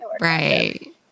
Right